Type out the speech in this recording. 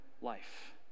life